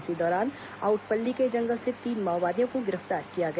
इसी दौरान आउटपल्ली के जंगल से तीन माओवादियों को गिरफ्तार किया गया